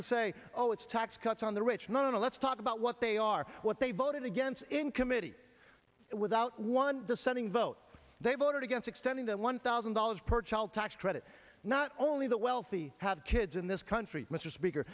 to say oh it's tax cuts on the rich no no no let's talk about what they are what they voted against in committee without one dissenting vote they voted against extending that one thousand dollars per child tax credit not only the wealthy have kids in this country m